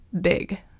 big